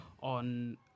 on